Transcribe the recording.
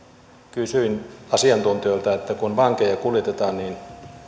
kysyin asiantuntijoilta sitä että kun vankeja kuljetetaan niin